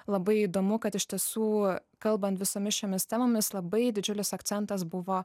labai įdomu kad iš tiesų kalbant visomis šiomis temomis labai didžiulis akcentas buvo